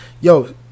Yo